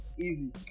Easy